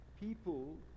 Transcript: people